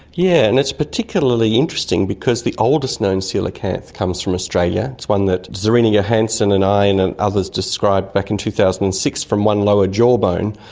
yeah and it's particularly interesting because the oldest known coelacanth comes from australia, it's one that zerina johanson and i and and others described back in two thousand and six from one lower jawbone,